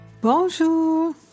Bonjour